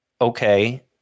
okay